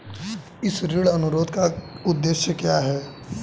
इस ऋण अनुरोध का उद्देश्य क्या है?